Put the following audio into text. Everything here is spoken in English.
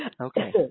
Okay